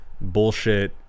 bullshit